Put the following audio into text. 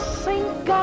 sink